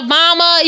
mama